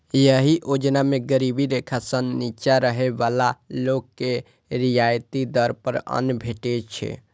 एहि योजना मे गरीबी रेखा सं निच्चा रहै बला लोक के रियायती दर पर अन्न भेटै छै